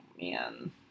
man